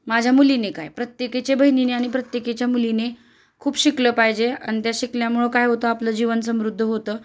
माझ्या मुलीने काय प्रत्येकच बहिणीने आणि प्रत्येकाच्या मुलीने खूप शिकलं पाहिजे आणि त्या शिकल्यामुळं काय होतं आपलं जीवन समृद्ध होतं